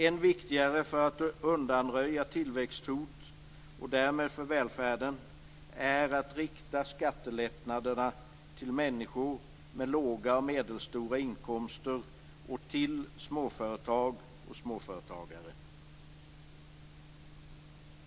Än viktigare för att undanröja tillväxthot och därmed hot för välfärden är att rikta skattelättnaderna till människor med låga och medelstora inkomster och till småföretag och småföretagare.